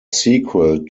sequel